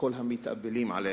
כל המתאבלים עליה".